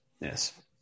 yes